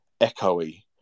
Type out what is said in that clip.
echoey